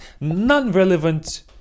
non-relevant